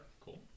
Cool